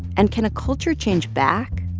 and can a culture change back?